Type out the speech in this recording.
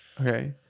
Okay